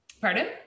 Pardon